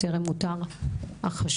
טרם אותר החשוד.